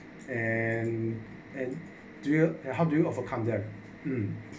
and and do you have do you have a come there